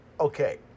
Okay